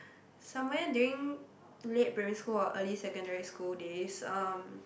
somewhere during late primary school or early secondary school days um